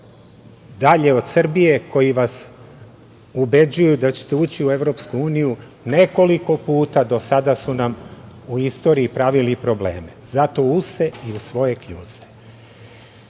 dalje od Srbije, koji vas ubeđuju da ćete ući u EU, nekoliko puta do sada su nam u istoriji pravili probleme zato u se i u svoje kljuse. Ja